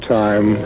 time